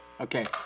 Okay